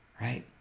right